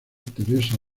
teresa